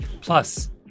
Plus